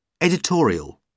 Editorial